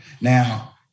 Now